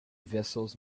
vessels